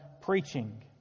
preaching